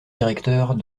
directeurs